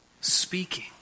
speaking